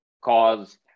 cause